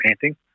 painting